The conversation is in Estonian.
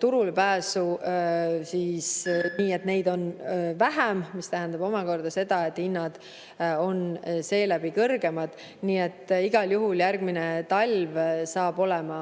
turulepääsu nii, et neid on vähem, mis tähendab omakorda seda, et hinnad on seeläbi kõrgemad. Nii et igal juhul järgmine talv tuleb